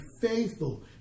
faithful